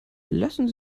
lassen